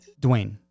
Dwayne